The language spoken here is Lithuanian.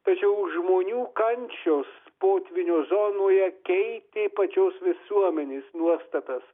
tačiau žmonių kančios potvynio zonoje keitė pačios visuomenės nuostatas